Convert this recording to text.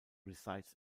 resides